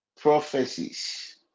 prophecies